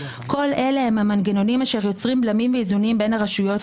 כל אלה הם המנגנונים אשר יוצרים בלמים ואיזונים הדדיים בין הרשויות,